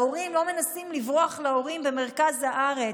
ההורים לא מנסים לברוח להורים במרכז הארץ.